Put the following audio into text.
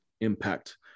impact